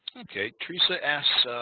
okay teresa asked